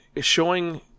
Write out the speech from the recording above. showing